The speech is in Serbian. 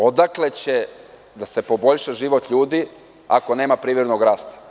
Odakle će da se poboljša život ljudi ako nema privrednog rasta?